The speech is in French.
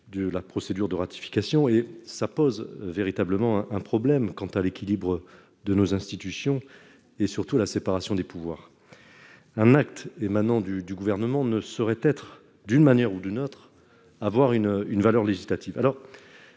de la procédure de ratification et ça pose véritablement un problème quant à l'équilibre de nos institutions et surtout la séparation des pouvoirs, un acte émanant du du gouvernement ne saurait être d'une manière ou d'une autre, avoir une une valeur législative,